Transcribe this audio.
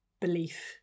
belief